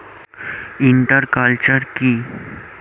Inter culture কি?